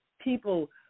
people